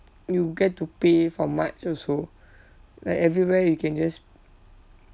you get to pay for marts also like everywhere you can just